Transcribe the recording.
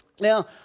Now